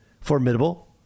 formidable